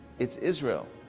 it's israel.